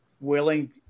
willing